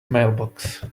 mailbox